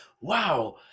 wow